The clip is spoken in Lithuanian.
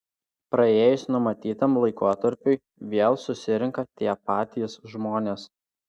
praėjus numatytam laikotarpiui vėl susirenka tie patys žmonės